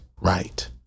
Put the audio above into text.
right